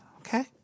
okay